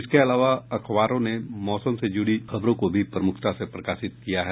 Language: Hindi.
इसके अलावा अखबारों ने मौसम से जुड़ी खबरों को भी प्रमुखता से प्रकाशित किया है